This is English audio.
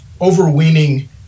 overweening